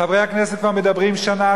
חברי הכנסת מדברים כבר שנה,